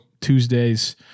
Tuesdays